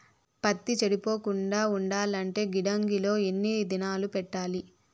పత్తి చెడిపోకుండా ఉండాలంటే గిడ్డంగి లో ఎన్ని దినాలు పెట్టాలి?